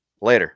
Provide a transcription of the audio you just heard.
Later